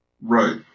Right